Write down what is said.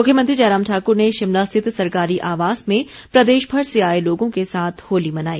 मुख्यमंत्री जयराम ठाक्र ने शिमला स्थित सरकारी आवास में प्रदेशभर से आए लोगों के साथ होली मनाई